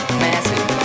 massive